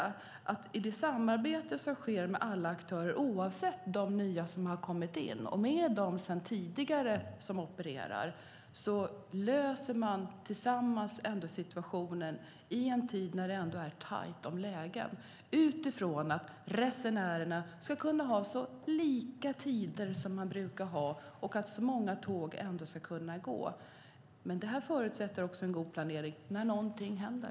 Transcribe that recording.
I samarbete med aktörerna - antingen det gäller de nya som kommit in eller dem som har varit med sedan tidigare - löser man situationen trots att det är tajt med lägen. Utgångspunkten är att resenärernas tider ska vara så lika dem som de är vana vid som möjligt och att så många tåg som möjligt ska kunna gå. Detta förutsätter också en god planering när något händer.